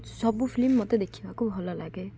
ସବୁ ଫିଲ୍ମ ମତେ ଦେଖିବାକୁ ଭଲ ଲାଗେ